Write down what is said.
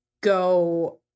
go